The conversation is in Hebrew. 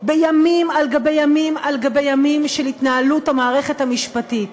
בימים על גבי ימים על גבי ימים של התנהלות המערכת המשפטית.